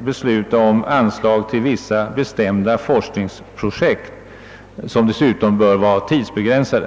besluta om anslag till vissa bestämda forskningsprojekt vilka dessutom bör vara tidsbegränsade.